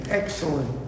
excellent